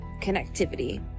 Connectivity